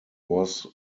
was